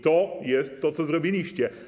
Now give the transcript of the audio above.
To jest to, co zrobiliście.